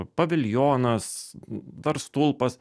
paviljonas dar stulpas